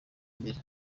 mbere